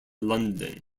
london